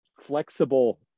flexible